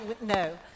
No